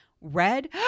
Red